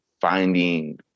finding